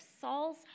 Saul's